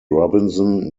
robinson